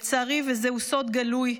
לצערי, וזהו סוד גלוי,